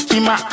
ima